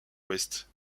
ouest